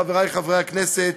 חברי חברי הכנסת,